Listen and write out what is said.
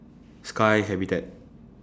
Sky Habitat